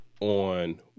on